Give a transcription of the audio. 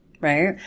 Right